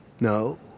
No